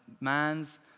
man's